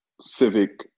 civic